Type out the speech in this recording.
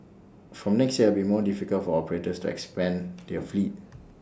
from next year be more difficult for operators to expand their fleet